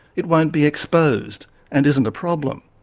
it won't be exposed and isn't a problem.